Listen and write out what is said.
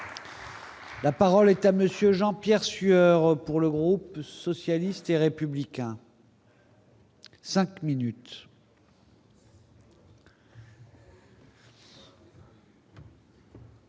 La parole est à monsieur Jean-Pierre Sueur pour le groupe socialiste et républicain. 5 minutes.